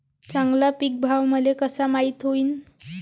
चांगला पीक भाव मले कसा माइत होईन?